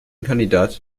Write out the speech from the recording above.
kandidat